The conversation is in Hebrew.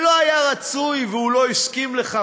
שלא היה רצוי והוא לא הסכים לכך.